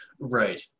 Right